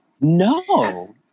No